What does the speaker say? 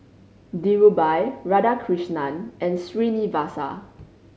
Dhirubhai Radhakrishnan and Srinivasa